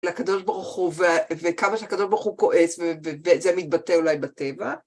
לקדוש ברוך הוא, וכמה שהקדוש ברוך הוא כועס, וזה מתבטא אולי בטבע.